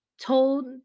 told